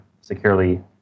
securely